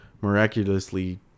miraculously